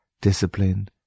discipline